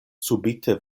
subite